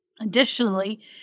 Additionally